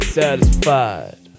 satisfied